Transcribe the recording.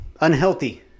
unhealthy